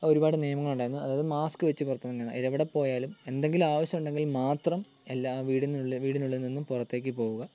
ഒരുപാട് നിയമങ്ങളുണ്ടായിരുന്നു അതായത് മാസ്ക് വെച്ച് പുറത്തിറങ്ങാൻ എവിടെ പോയാലും എന്തെങ്കിലും ആവശ്യം ഉണ്ടെങ്കിൽ മാത്രം എല്ലാം വീടിനു വീടിനുള്ളിൽ നിന്ന് പുറത്തേക്ക് പോവുക